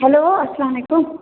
hello اسلام علیکُم